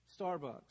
Starbucks